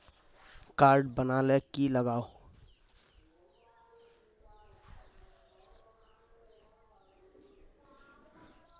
Card बना ले की लगाव?